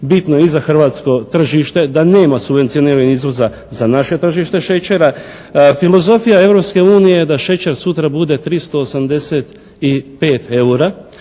bitno i za hrvatsko tržište da nema subvencioniranja izvoza za naše tržište šećera. Filozofija je Europske unije da šećer sutra bude 385 eura,